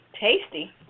Tasty